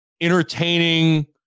entertaining